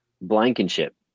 Blankenship